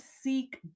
seek